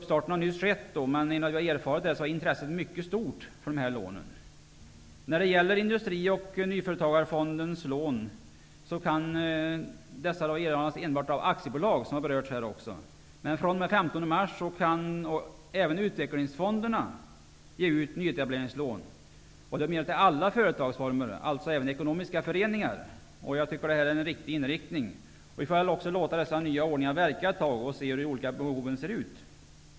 Starten har nyss skett, men enligt vad vi har erfarit är intresset mycket stort för dessa lån. När det gäller Industri och nyföretagarfondens lån, kan dessa erhållas enbart av aktiebolag -- det har också berörts. fr.o.m. den 15 mars kan även utvecklingsfonderna ge nyetableringslån. Dessa lån ges till alla former av företag, även ekonomiska föreningar. Detta är en riktig inriktning, och vi får väl låta dessa nya ordningar verka ett tag och se hur de olika behoven ser ut.